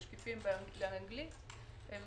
תשקיפים לאנגלית- - אבל